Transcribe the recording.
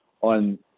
on